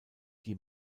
die